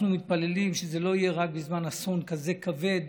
אנחנו מתפללים שזה לא יהיה רק בזמן אסון כזה כבד